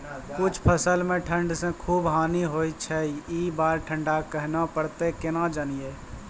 कुछ फसल मे ठंड से खूब हानि होय छैय ई बार ठंडा कहना परतै केना जानये?